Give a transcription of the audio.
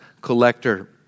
collector